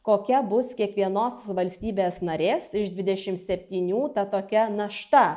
kokia bus kiekvienos valstybės narės iš dvidešimt septynių ta tokia našta